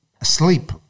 Asleep